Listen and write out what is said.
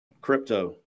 Crypto